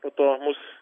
po to mus